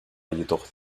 jedoch